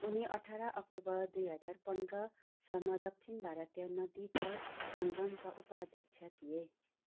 उनी अठार अक्टोबर दुई हजार पन्ध्रसम्म दक्षिण भारतीय नदीगर सङ्गमका उपाध्यक्ष थिए